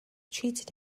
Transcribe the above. cheated